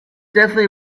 definitely